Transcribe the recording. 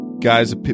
Guys